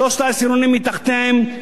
שלושת העשירונים מתחתיהם,